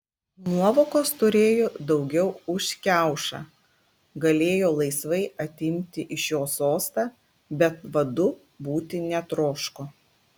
nuovokos turėjo daugiau už kiaušą galėjo laisvai atimti iš jo sostą bet vadu būti netroško